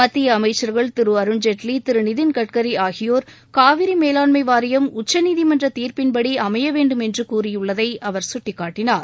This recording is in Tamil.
மத்திய அமைச்சர்கள் திரு அருண்ஜேட்லி திரு நிதின்கட்கரி ஆகியோர் காவிரி மேலாண்மை வாரியம் உச்சநீதிமன்ற தீர்ப்பின்படி அமைய வேண்டும் என்று கூறியுள்ளதை அவர் சுட்டிக்காட்டினார்